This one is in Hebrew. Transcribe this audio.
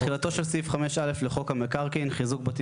תחילתו של סעיף 5א לחוק המקרקעין (חיזוק בתים